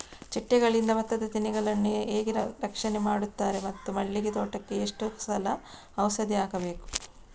ಚಿಟ್ಟೆಗಳಿಂದ ಭತ್ತದ ತೆನೆಗಳನ್ನು ಹೇಗೆ ರಕ್ಷಣೆ ಮಾಡುತ್ತಾರೆ ಮತ್ತು ಮಲ್ಲಿಗೆ ತೋಟಕ್ಕೆ ಎಷ್ಟು ಸಲ ಔಷಧಿ ಹಾಕಬೇಕು?